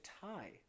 tie